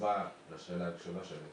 תשובה לשאלה הראשונה שלי.